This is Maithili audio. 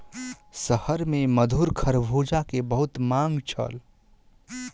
शहर में मधुर खरबूजा के बहुत मांग छल